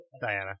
Diana